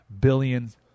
Billions